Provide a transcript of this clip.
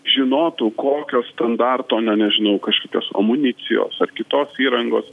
žinotų kokio standarto na nežinau kažkokios amunicijos ar kitos įrangos